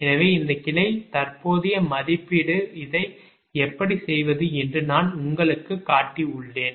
எனவே இந்த கிளை தற்போதைய மதிப்பீடு இதை எப்படி செய்வது என்று நான் உங்களுக்குக் காட்டியுள்ளேன்